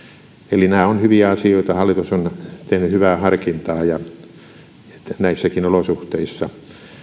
eli nämä ovat hyviä asioita hallitus on tehnyt hyvää harkintaa näissäkin olosuhteissa